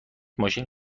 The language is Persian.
ماشین